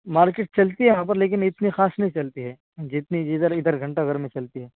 market چلتی ہے وہاں پر لیکن اتنی خاص نہیں چلتی ہے جتنی جدھر ادھر گھنٹہ گھر میں چلتی ہے